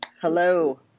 Hello